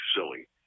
silly